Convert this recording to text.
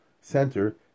center